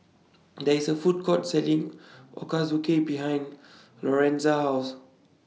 There IS A Food Court Selling Ochazuke behind Lorenza's House